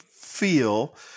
feel